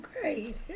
great